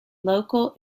local